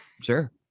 Sure